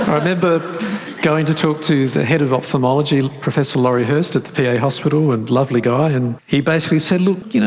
remember going to talk to the head of ophthalmology, professor laurie hirst at the pa hospital, a lovely guy, and he basically said, look, you know,